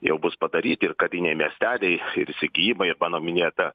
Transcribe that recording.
jau bus padaryti ir kariniai miesteliai ir įsigijimai ir mano minėta